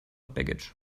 baggage